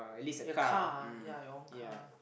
the car ya your own car